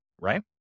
Right